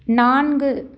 நான்கு